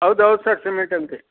ಹೌದು ಹೌದು sir cement ಅಂಗಡಿ